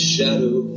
shadow